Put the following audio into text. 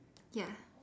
ya